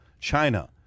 China